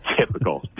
typical